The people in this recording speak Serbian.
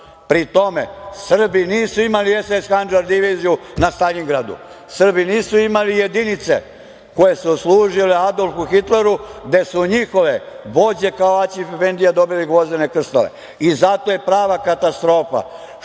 Pri tome, Srbi nisu imali SS „Handžar“ diviziju na Staljingradu. Srbi nisu imali jedinice koje su služile Adolfu Hitleru, gde su njihove vođe, kao Aćif efendija, dobili gvozdene krstove. Zato je prava katastrofa što